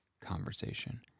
conversation